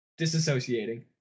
disassociating